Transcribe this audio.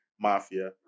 mafia